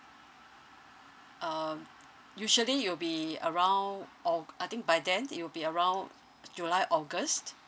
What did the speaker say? um usually it'll be around aug~ I think by then it will be around july august